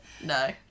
No